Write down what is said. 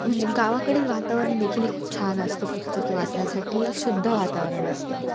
म्हणजे गावाकडील वातावरण देखील खूप छान असतं पुस्तके वाचण्यासाठी शुद्ध वातावरण असतं